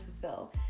fulfill